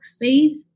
faith